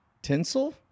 Tinsel